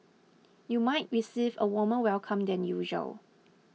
you might receive a warmer welcome than usual